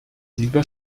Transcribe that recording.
lieber